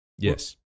Yes